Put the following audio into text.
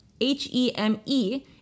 H-E-M-E